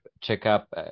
checkup